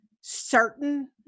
certain